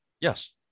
Yes